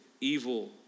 evil